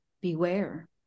beware